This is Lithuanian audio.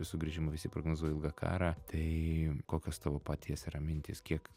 sugrįžimą visi prognozuoja ilgą karą tai kokios tavo paties yra mintys kiek